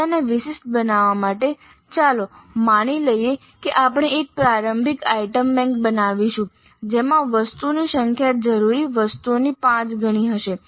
ચર્ચાને વિશિષ્ટ બનાવવા માટે ચાલો માની લઈએ કે આપણે એક પ્રારંભિક આઇટમ બેંક બનાવીશું જેમાં વસ્તુઓની સંખ્યા જરૂરી વસ્તુઓની પાંચ ગણી હશે